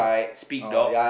speak dog